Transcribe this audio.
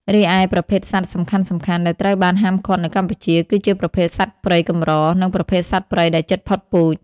រីឯប្រភេទសត្វសំខាន់ៗដែលត្រូវបានហាមឃាត់នៅកម្ពុជា គឺជាប្រភេទសត្វព្រៃកម្រ និងប្រភេទសត្វព្រៃដែលជិតផុតពូជ។